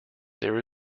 there